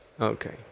Okay